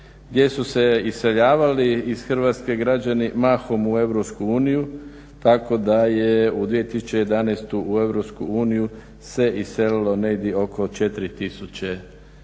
Gdje su se iseljavali iz Hrvatske građani mahom u EU tako da je u 2011. u EU se iselilo negdje oko 4000